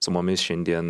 su mumis šiandien